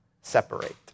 separate